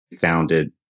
founded